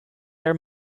air